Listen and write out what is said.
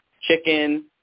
chicken